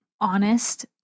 honest